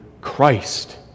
Christ